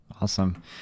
Awesome